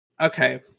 Okay